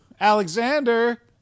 Alexander